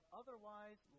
otherwise